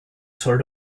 sort